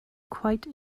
quite